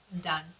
done